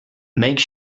make